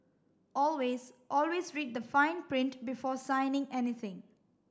always always read the fine print before signing anything